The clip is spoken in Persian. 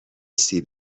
سیب